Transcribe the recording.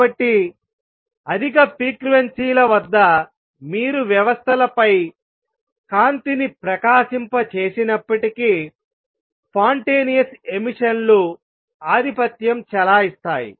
కాబట్టి అధిక ఫ్రీక్వెన్సీల వద్ద మీరు వ్యవస్థలపై కాంతిని ప్రకాశింపజేసినప్పటికీ స్పాంటేనియస్ ఎమిషన్ లు ఆధిపత్యం చెలాయిస్తాయి